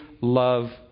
love